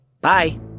Bye